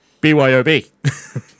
BYOB